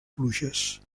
pluges